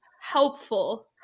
helpful